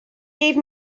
gave